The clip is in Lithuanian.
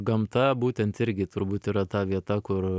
gamta būtent irgi turbūt yra ta vieta kur